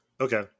okay